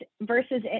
versus